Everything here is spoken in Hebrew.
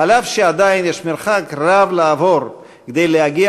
אף שעדיין יש מרחק רב לעבור כדי להגיע